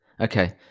Okay